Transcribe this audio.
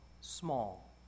small